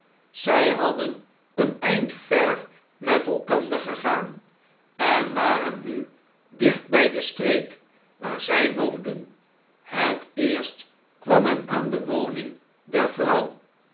zij hadden een eind ver met elkander gegaan en waren nu dicht bij de streek waar zij woonden het eerst kwam men aan de woning der